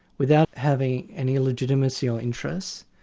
without having any legitimacy or interest.